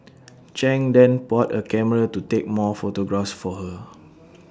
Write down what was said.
chang then bought A camera to take more photographs for her